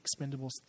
Expendables